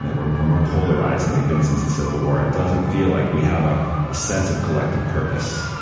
that we're we're more polarized than we've been since the civil war. it doesn't feel like we have ah a sense of collective purpose.